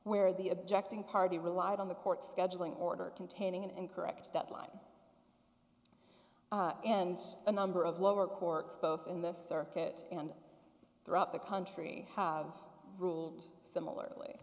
where the objecting party relied on the court's scheduling order containing an incorrect stat line and a number of lower courts both in the circuit and throughout the country have ruled similarly